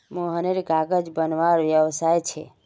मोहनेर कागज बनवार व्यवसाय छे